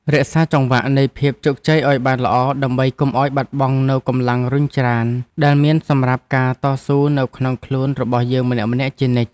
រក្សាចង្វាក់នៃភាពជោគជ័យឱ្យបានល្អដើម្បីកុំឱ្យបាត់បង់នូវកម្លាំងរុញច្រានដែលមានសម្រាប់ការតស៊ូនៅក្នុងខ្លួនរបស់យើងម្នាក់ៗជានិច្ច។